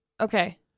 Okay